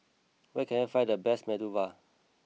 where can I find the best Medu Vada